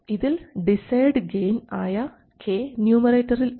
ഇതിൽ desired gain ആയ k ന്യൂമറേറ്ററിൽ ഉണ്ട്